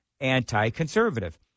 anti-conservative